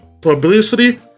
publicity